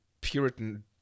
Puritan